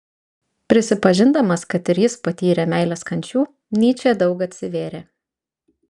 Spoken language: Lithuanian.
prisipažindamas kad ir jis patyrė meilės kančių nyčė daug atsivėrė